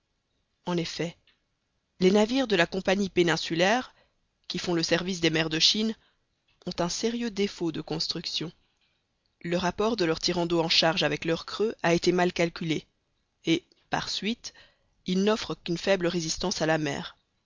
en effet les navires de la compagnie péninsulaire qui font le service des mers de chine ont un sérieux défaut de construction le rapport de leur tirant d'eau en charge avec leur creux a été mal calculé et par suite ils n'offrent qu'une faible résistance à la mer